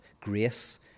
grace